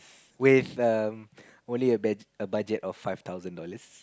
with um only a budget a budget of five thousand dollars